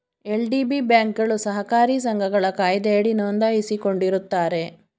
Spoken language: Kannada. ಎಲ್.ಡಿ.ಬಿ ಬ್ಯಾಂಕ್ಗಳು ಸಹಕಾರಿ ಸಂಘಗಳ ಕಾಯ್ದೆಯಡಿ ನೊಂದಾಯಿಸಿಕೊಂಡಿರುತ್ತಾರೆ